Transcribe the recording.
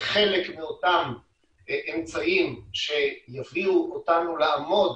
כחלק מאותם אמצעים שיביאו אותנו לעמוד